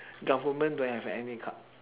government don't have any cut